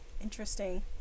interesting